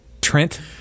Trent